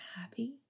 happy